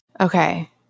Okay